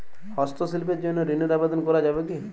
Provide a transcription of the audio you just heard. হস্তশিল্পের জন্য ঋনের আবেদন করা যাবে কি?